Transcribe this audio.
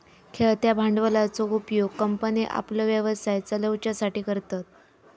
खेळत्या भांडवलाचो उपयोग कंपन्ये आपलो व्यवसाय चलवच्यासाठी करतत